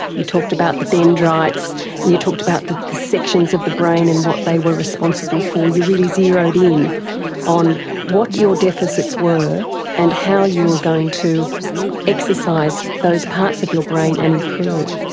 you talked about the dendrites and you talked about the the sections of the brain and what they were responsible for. you really zeroed in on what your deficits were and how you were going to exercise those parts of your brain and improve.